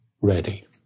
ready